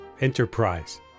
Enterprise